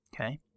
Okay